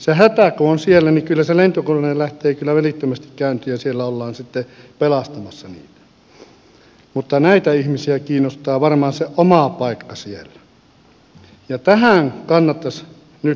se hätä kun on siellä niin kyllä se lentokone lähtee välittömästi käyntiin ja siellä ollaan sitten pelastamassa niitä mutta näitä ihmisiä kiinnostaa varmaan se oma paikka siellä ja tähän kannattaisi nyt sos